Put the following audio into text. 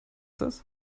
das